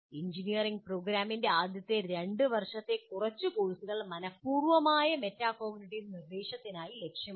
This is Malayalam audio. എഞ്ചിനീയറിംഗ് പ്രോഗ്രാമിന്റെ ആദ്യ രണ്ട് വർഷത്തെ കുറച്ച് കോഴ്സുകൾ മനഃപൂർവമായ മെറ്റാകോഗ്നിറ്റീവ് നിർദ്ദേശത്തിനായി ലക്ഷ്യമിടണം